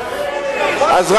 אז,